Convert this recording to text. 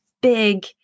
big